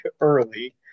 early